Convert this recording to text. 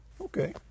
Okay